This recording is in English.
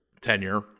tenure